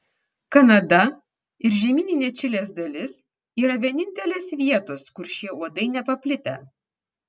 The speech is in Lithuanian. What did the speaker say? kanada ir žemyninė čilės dalis yra vienintelės vietos kur šie uodai nepaplitę